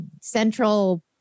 central